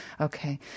Okay